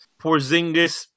Porzingis